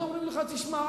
עוד אומרים לך: תשמע,